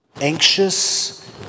anxious